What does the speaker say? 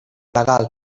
legal